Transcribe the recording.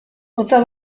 hotza